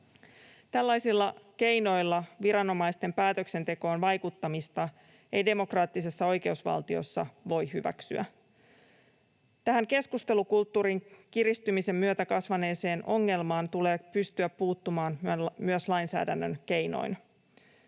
Tällaisilla keinoilla viranomaisten päätöksentekoon vaikuttamista ei demokraattisessa oikeusvaltiossa voi hyväksyä. Tähän keskustelukulttuurin kiristymisen myötä kasvaneeseen ongelmaan tulee pystyä puuttumaan myös lainsäädännön keinoin.